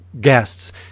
guests